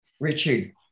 Richard